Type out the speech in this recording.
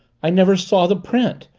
i never saw the print.